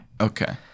Okay